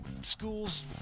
schools